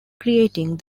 creating